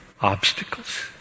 obstacles